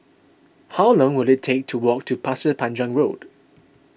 how long will it take to walk to Pasir Panjang Road